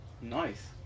Nice